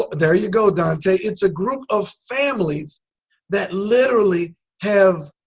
there you go dante it's a group of families that literally have.